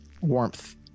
warmth